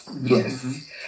Yes